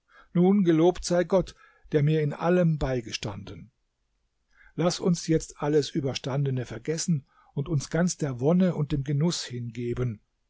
nun gelobt sei gott der mir in allem beigestanden laß uns jetzt alles überstandene vergessen und uns ganz der wonne und dem genuß hingeben